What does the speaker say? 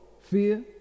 fear